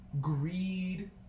greed